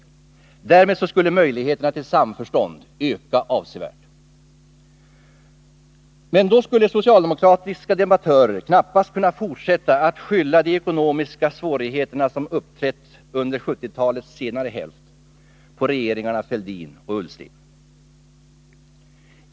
Därmed skulle möjligheterna till samförstånd öka avsevärt. Socialdemokratiska debattörer skulle då knappast kunna fortsätta att skylla de ekonomiska svårigheter som uppträtt under 1970-talets senare hälft på regeringarna Fälldin och Ullsten.